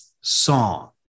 song